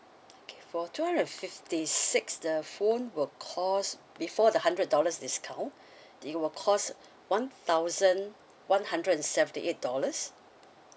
okay for two hundred and fifty six the phone will cost before the hundred dollars discount it will cost one thousand one hundred and seventy eight dollars